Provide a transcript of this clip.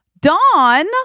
Dawn